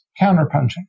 counterpunching